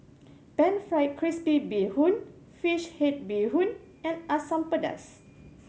Pan Fried Crispy Bee Hoon fish head bee hoon and Asam Pedas